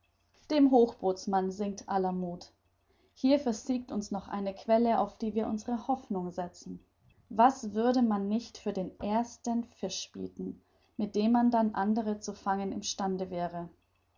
dem hochbootsmann sinkt aller muth hier versiegt uns noch eine quelle auf die wir unsere hoffnung setzten was würde man nicht für den ersten fisch bieten mit dem man dann andere zu fangen im stande wäre